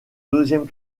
deuxième